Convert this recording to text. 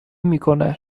میکنه